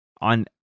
on